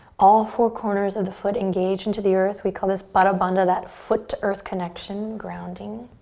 all four corners of the foot engaged into the earth. we call this bada bandha that foot to earth connection, grounding.